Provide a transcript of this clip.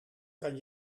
kan